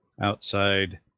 outside